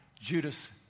Judas